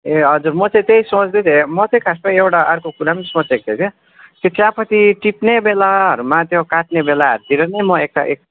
ए हजुर म चाहिँ त्यही सोच्दैथिएँ म चाहिँ खासमा एउटा अर्को कुरा पनि सोच्दैथिएँ कि त्यो चियापत्ती टिप्ने बेलाहरूमा त्यो काट्ने बेलाहरू तिर नि म एक ता एक